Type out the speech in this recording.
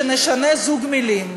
שנשנה זוג מילים: